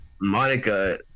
Monica